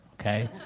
okay